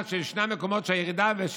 המטרה שלנו בחוק הזה להנגיש את האפשרות להצביע.